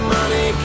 Money